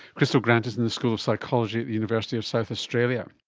crystal grant is in the school of psychology at the university of south australia